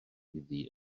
iddi